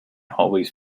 always